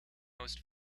most